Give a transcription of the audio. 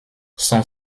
son